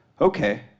okay